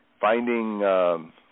finding